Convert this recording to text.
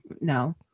No